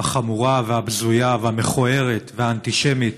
החמורה והבזויה והמכוערת והאנטישמית